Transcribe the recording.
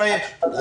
לא, יש.